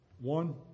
one